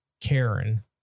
Karen